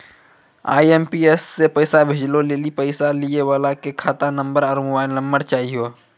IMPS से पैसा भेजै लेली पैसा लिये वाला के खाता नंबर आरू मोबाइल नम्बर चाहियो